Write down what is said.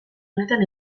honetan